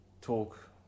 talk